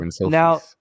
now